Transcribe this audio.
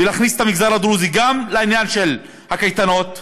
ולהכניס את המגזר הדרוזי גם לעניין של הקייטנות ג'